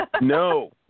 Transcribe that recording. No